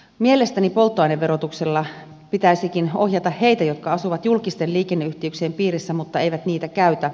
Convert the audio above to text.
mielestäni polttoaineverotuksella pitäisikin ohjata heitä jotka asuvat julkisten liikenneyhteyksien piirissä mutta eivät niitä käytä